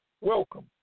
welcome